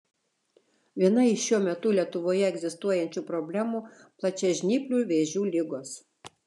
viena iš šiuo metu lietuvoje egzistuojančių problemų plačiažnyplių vėžių ligos